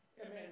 Amen